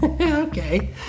Okay